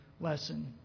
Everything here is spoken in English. lesson